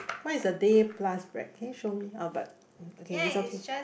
what is the Day Plus Break okay show me how about okay is okay